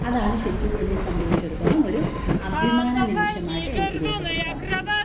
അതാണ് ശരിക്കും എന്നെ സംബന്ധിച്ചെടുത്തോളം ഒരു അഭിമാന നിമിഷമായിട്ട് എനിക്ക് രേഖപ്പെടുത്താന് പറ്റുന്നത്